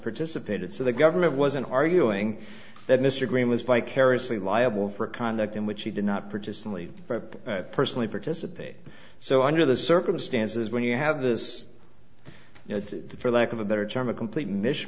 participated so the government wasn't arguing that mr green was vicariously liable for conduct in which he did not purchase only personally participate so under the circumstances when you have this you know for lack of a better term a complete mish